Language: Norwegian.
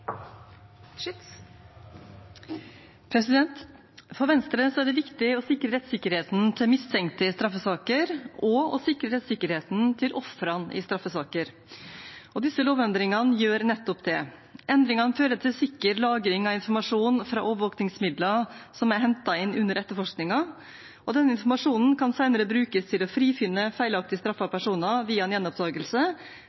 saka. For Venstre er det viktig å sikre rettssikkerheten til mistenkte i straffesaker og til ofrene i straffesaker. Disse lovendringene gjør nettopp det. Endringene fører til sikker lagring av informasjon fra overvåkningsmidler som er hentet inn under etterforskningen, og denne informasjonen kan senere brukes til å frifinne feilaktig